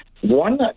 One